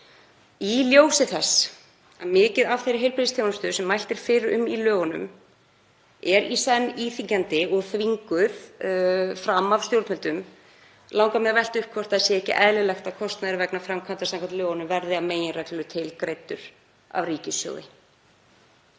Í ljósi þess að mikið af þeirri heilbrigðisþjónustu sem mælt er fyrir um í lögunum er í senn íþyngjandi og þvinguð fram af stjórnvöldum langar mig að velta upp hvort ekki sé eðlilegt að kostnaður vegna framkvæmda samkvæmt lögunum verði að meginreglu til greiddur af ríkissjóði.